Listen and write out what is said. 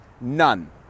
none